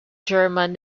german